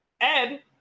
Ed